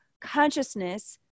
consciousness